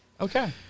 Okay